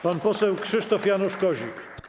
Pan poseł Krzysztof Janusz Kozik.